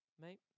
mate